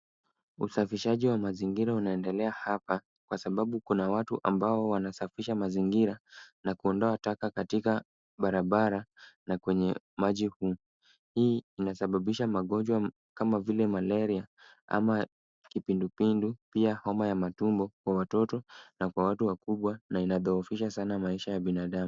Usafishaji wa mazingira unaendelea hapa, kwasababu kuna watu wanaosafisha mazingira na kuondoa taka katika barabara na kwenye maji. Hii inasababisha magonjwa kama vile Malaria, ama Kipindupindu, pia homa ya matumbo kwa watoto na kwa watu wakubwa na inadhoofisha sana maisha ya binadamu.